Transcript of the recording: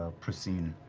ah prucine.